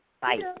Bye